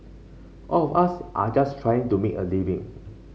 all of us are just trying to make a living